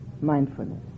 mindfulness